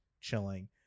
chilling